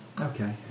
Okay